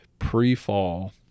pre-fall